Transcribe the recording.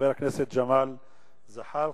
חבר הכנסת ג'מאל זחאלקה.